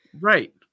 Right